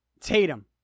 Tatum